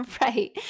Right